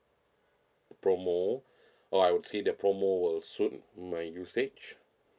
promo or I would say the promo will suit my usage